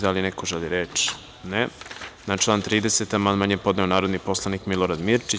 Da li neko želi reč? (Ne) Na član 30. amandman je podneo narodni poslanik Milorad Mirčić.